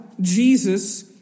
Jesus